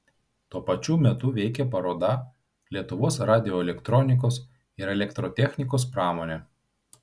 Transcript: tuo paču metu veikė paroda lietuvos radioelektronikos ir elektrotechnikos pramonė